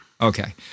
Okay